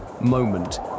moment